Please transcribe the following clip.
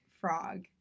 frog